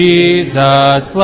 Jesus